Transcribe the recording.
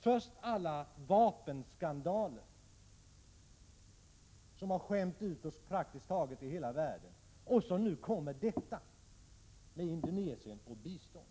Först hade vi alla vapenskandaler som har skämt ut oss i praktiskt taget hela världen. Nu kommer detta med Indonesien och biståndet.